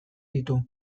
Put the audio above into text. ditu